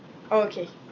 okay